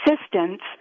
assistance